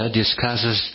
discusses